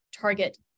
target